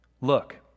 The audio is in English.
Look